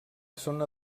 zona